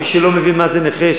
מי שלא מבין מה זה נכה,